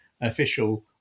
official